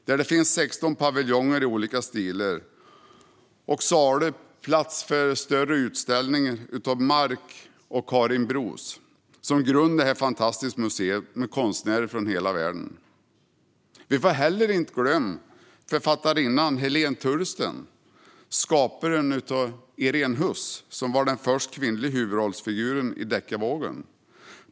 Där finns 16 paviljonger och salar i olika stilar och plats för större utställningar. Marc och Karin Broos grundade detta fantastiska museum med verk av konstnärer från hela världen. Vi får inte glömma författarinnan Helene Tursten, skaparen av Irene Huss som var den första kvinnliga huvudrollsfiguren i deckarvågen.